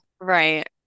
Right